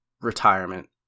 retirement